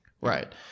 Right